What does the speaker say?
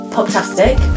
Poptastic